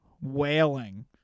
wailing